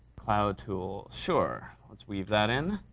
cloud tool. sure, let's weave that in,